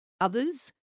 others